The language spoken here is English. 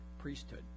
priesthood